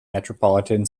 metropolitan